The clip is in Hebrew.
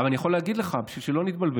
אבל אני יכול להגיד לך, בשביל שלא נתבלבל,